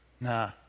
Nah